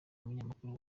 umunyamakuru